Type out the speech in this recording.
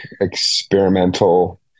experimental